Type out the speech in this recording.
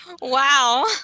Wow